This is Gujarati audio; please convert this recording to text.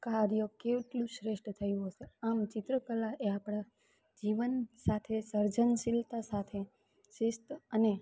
કાર્ય કેટલું શ્રેષ્ઠ થયું હશે આમ ચિત્રકલા એ આપણા જીવન સાથે સર્જનશિલતા સાથે શિસ્ત અને